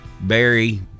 Barry